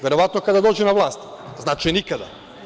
Verovatno kada dođe na vlast, znači nikada.